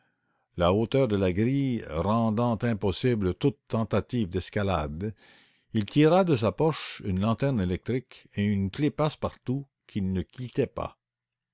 la hauteur de la grille rendant impossible toute tentative d'escalade il tira de sa poche une lanterne électrique et une clef passe-partout qui ne le quittait pas